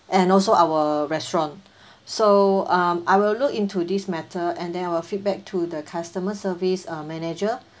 and also our restaurant so um I will look into this matter and then I will feedback to the customer service uh manager